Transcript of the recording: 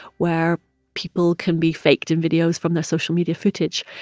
where people can be faked in videos from their social media footage.